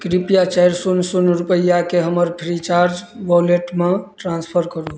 कृपया चारि शून्य शून्य शून्य रुपैआकेँ हमर फ्रीचार्ज वॉलेटमे ट्रांसफर करू